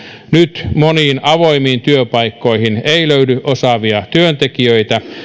nyt moniin avoimiin työpaikkoihin ei löydy osaavia työntekijöitä